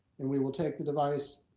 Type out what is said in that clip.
and we will take the device,